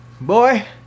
boy